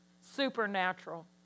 Supernatural